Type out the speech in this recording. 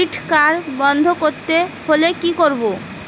Credit card বন্ধ করতে হলে কি করব?